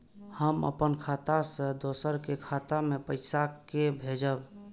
हम अपन खाता से दोसर के खाता मे पैसा के भेजब?